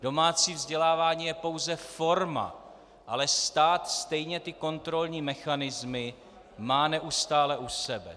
Domácí vzdělávání je pouze forma, ale stát stejně kontrolní mechanismy má neustále u sebe.